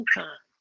time